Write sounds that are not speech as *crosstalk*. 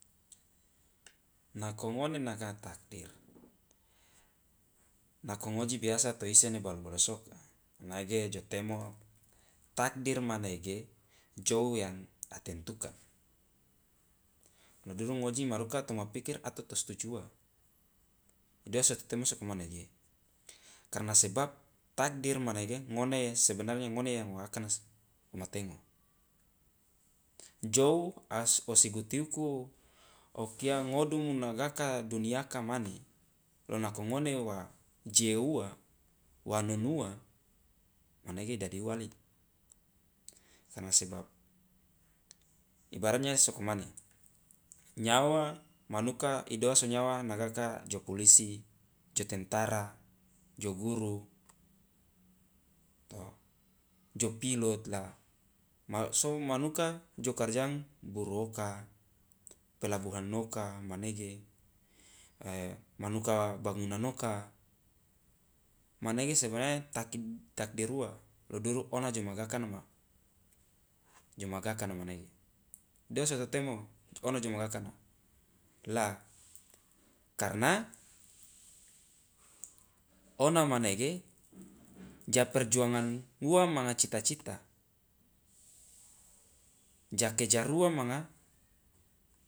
Nako ngone naga takdir, nako ngoji biasa to isene balu balusu oka nage jo temo takdir manege jou yang a tentukan, lo duru ngoji maruka toma pikir a to situju ua, idoaso to temo soko manege? Karena sebab takdir manege ngone sebenarnya ngone yang wa akanas matengo, jou a si o siguti uku o kia ngodumu nagaka duniaka mane, lo nako ngone wa jie ua wa nonu ua manege dadi ua li, karena sebab ibaratnya soko mane nyawa manuka idoa so nyawa nagaka jo polisi, jo tentara, jo guru, to jo pilot lah, ma so manuka jo karjang buruh oka, pelabuhan oka, manege *hesitation* manuka bangunan oka, manege sebenarnya tak- takdir ua lo duru ona jo magakana ma jo magakana manege, doa so to temo ona jo magakana? La karena ona manege *noise* ja perjuangan ua manga cita cita, ja kerja ua manga